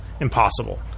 Impossible